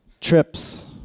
trips